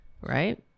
right